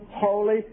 holy